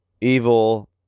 evil